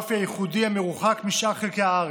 הגיאוגרפי הייחודי המרוחק משאר חלקי הארץ,